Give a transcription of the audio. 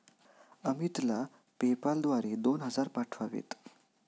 अमितला पेपाल द्वारे दोन हजार पाठवावेत